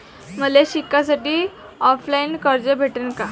मले शिकासाठी ऑफलाईन कर्ज भेटन का?